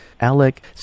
Alec